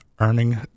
earning